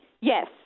Yes